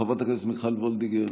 חברת הכנסת מיכל וולדיגר,